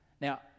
Now